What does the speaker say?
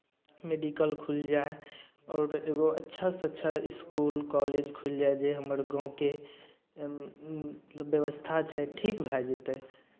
medical खुलि जाय आओर एगो अच्छासँ अच्छा इसकुल कॉलेज खुलि जाय जे हमर गाँवके व्यवस्था छै ठीक भए जेतै